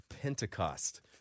Pentecost